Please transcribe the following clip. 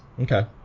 Okay